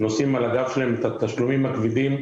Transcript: נושאים על הגב שלהם את התשלומים הכבדים.